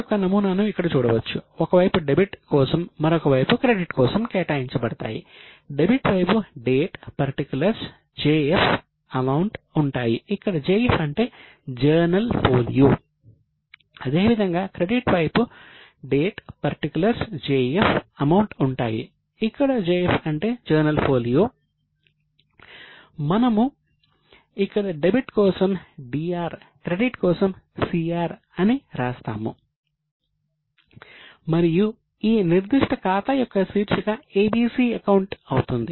మనము ఇక్కడ డెబిట్ కోసం D r క్రెడిట్ కోసం C r అని రాస్తాము మరియు ఈ నిర్దిష్ట ఖాతా యొక్క శీర్షిక ABC అకౌంట్ అవుతుంది